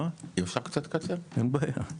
אין בעיה.